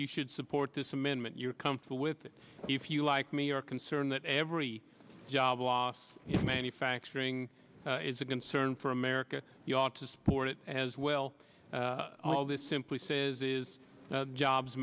you should support this amendment you're comfortable with that if you like me your concern that every job lost its manufacturing is a concern for america you ought to support it as well all this simply says is jobs